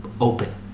open